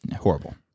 Horrible